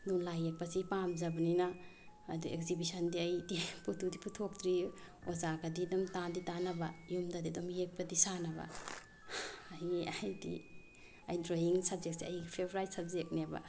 ꯑꯗꯨꯝ ꯂꯥꯏ ꯌꯦꯛꯄꯁꯤ ꯌꯥꯝꯖꯕꯅꯤꯅ ꯑꯗꯨ ꯑꯦꯛꯖꯤꯕꯤꯁꯟꯗꯤ ꯑꯩꯗꯤ ꯄꯨꯊꯣꯛꯇꯤ ꯄꯨꯊꯣꯛꯇ꯭ꯔꯤ ꯑꯣꯖꯥꯒꯗꯤ ꯑꯗꯨꯝ ꯇꯥꯟꯗꯤ ꯇꯥꯟꯅꯕ ꯌꯨꯝꯗꯗꯤ ꯑꯗꯨꯝ ꯌꯦꯛꯄꯗꯤ ꯁꯥꯟꯅꯕ ꯍꯥꯏꯗꯤ ꯑꯩ ꯗ꯭ꯔꯣꯋꯤꯡ ꯁꯕꯖꯦꯛꯁꯦ ꯑꯩ ꯐꯦꯕ꯭ꯔꯥꯏꯠ ꯁꯕꯖꯦꯛꯅꯦꯕ